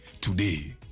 today